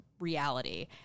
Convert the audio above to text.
reality